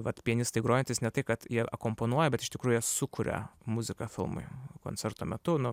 vat pianistai grojantys ne tai kad jie akompanuoja bet iš tikrųjų jie sukuria muziką filmui koncerto metu nu